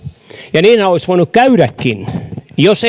ja niinhän olisi voinut käydäkin jos